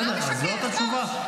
בסדר, אז זאת התשובה.